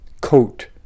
coat